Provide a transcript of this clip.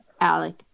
Alec